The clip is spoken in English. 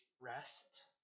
rest